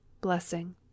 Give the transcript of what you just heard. blessing